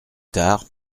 tard